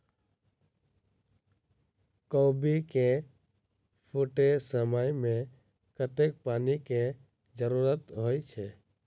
कोबी केँ फूटे समय मे कतेक पानि केँ जरूरत होइ छै?